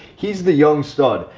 he's the young stud.